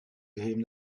him